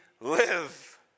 live